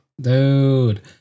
Dude